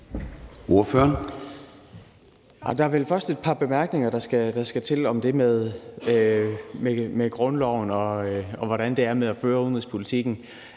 Der er vel først et par bemærkninger, der skal tilføjes til det med grundloven og til, hvordan det forholder sig med at føre udenrigspolitikken,